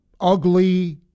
ugly